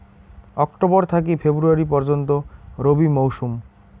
October থাকি February পর্যন্ত রবি মৌসুম